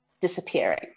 disappearing